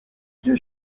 gdzie